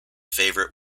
favorite